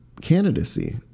candidacy